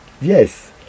Yes